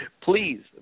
please